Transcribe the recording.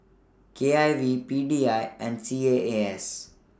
K I V P D I and C A A S